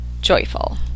joyful